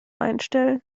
einstellen